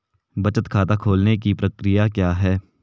बचत खाता खोलने की प्रक्रिया क्या है?